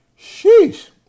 Sheesh